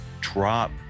drop